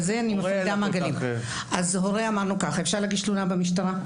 הורה, אמרנו כך - אפשר להגיש תלונה במשטרה.